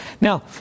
Now